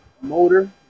Motor